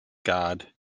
guard